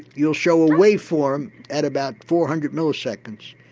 you'll show a wave form at about four hundred milliseconds.